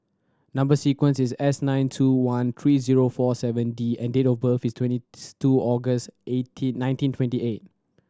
number sequence is S nine two one three zero four seven D and date of birth is twenty two August eighteen nineteen twenty eight